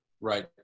Right